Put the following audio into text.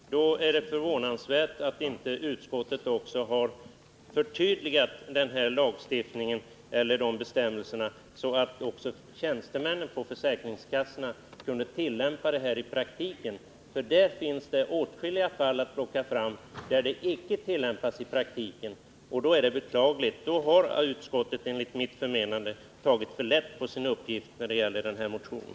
Herr talman! Då är det förvånansvärt att utskottet inte har förtydligat dessa bestämmelser, så att också tjänstemännen på försäkringskassorna kan tillämpa dem i praktiken. Man kan från försäkringskassorna plocka fram åtskilliga fall där denna tolkning inte har tillämpats. Det är beklagligt, och utskottet har enligt mitt förmenande tagit för lätt på sin uppgift när det gäller denna motion.